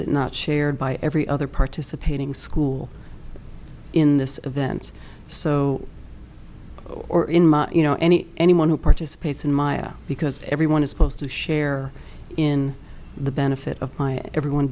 it not shared by every other participating school in this event so or in my you know any anyone who participates in maya because everyone is supposed to share in the benefit of hi everyone